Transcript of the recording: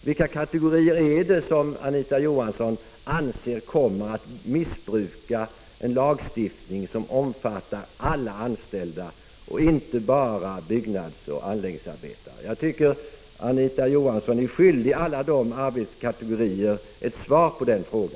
Vilka kategorier anser Anita Johansson kommer att missbruka en lagstiftning som omfattar alla anställda och inte bara byggnadsoch anläggningsarbetare? Jag tycker att Anita Johansson är skyldig alla dessa arbetskategorier ett svar på denna fråga.